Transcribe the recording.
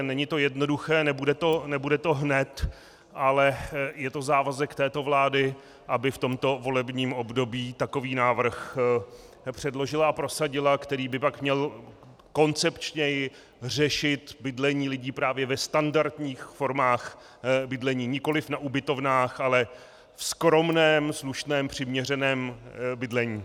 Není to jednoduché, nebude to hned, ale je to závazek této vlády, aby v tomto volebním období takový návrh předložila a prosadila, který by pak měl koncepčněji řešit bydlení lidí právě ve standardních formách bydlení, nikoliv na ubytovnách, ale ve skromném, slušném, přiměřeném bydlení.